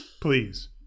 Please